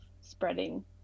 spreading